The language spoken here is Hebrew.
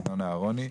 ינון אהרוני.